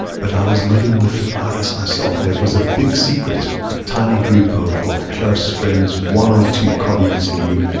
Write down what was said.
but i was living with the virus myself and it was a big secret. a tiny group of of close friends, one or two colleagues knew.